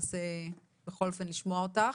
במחלקה להנדסת ביו טכנולוגיה ואני מאוד מיואשת.